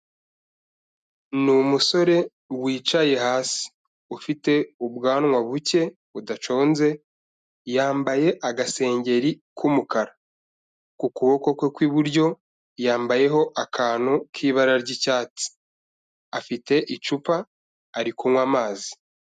Ni umusore wicaye hasi, ufite ubwanwa buke budaconze, yambaye agaseri k'umukara. Ku kuboko kwe kw'iburyo yambayeho akantu k'ibara ry'icyatsi. Afite icupa ari kunywa amazi.